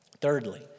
Thirdly